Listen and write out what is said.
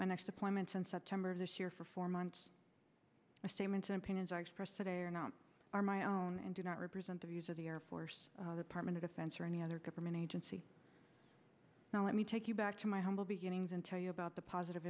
my next deployment since september of this year for four months a statement and opinions are expressed today are not are my own and do not represent the views of the air force apartment defense or any other government agency now let me take you back to my humble beginnings and tell you about the positive